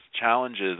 challenges